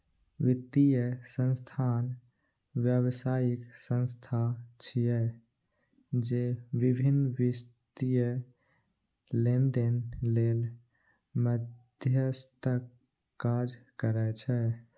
वित्तीय संस्थान व्यावसायिक संस्था छिय, जे विभिन्न वित्तीय लेनदेन लेल मध्यस्थक काज करै छै